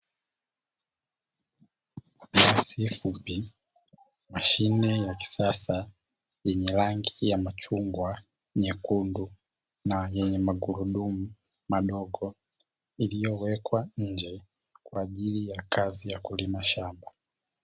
Trekta fupi, mashine ya kisasa yenye rangi ya machungwa, nyekundu na yenye magurudumu madogo iliyowekwa nje kwa ajili ya kazi ya kulima shamba.